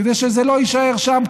כדי שזה לא יישאר שם.